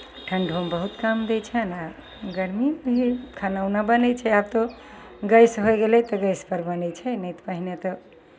ठण्ढोमे बहुत काम दै छनि आ गर्मीमे भी खाना ऊना बनै छै आब तऽ गैस होय गेलै तऽ गैसपर बनै छै नहि तऽ पहिने तऽ